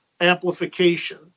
amplification